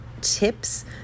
tips